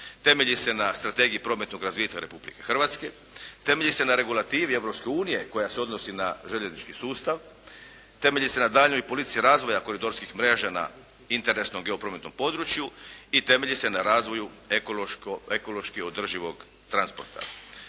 Temelji se na strategiji prometnog razvitka Republike Hrvatske, temelji se na regulativi Europske unije koja se odnosi na željeznički sustav, temelji se na daljnjoj politici razvoja koridorskih mreža ma interesnom i ovom prometnom području i temelji se na razvoju ekološki održivog transporta.